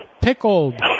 pickled